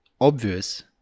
obvious